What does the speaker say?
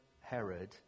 Herod